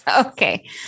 Okay